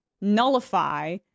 nullify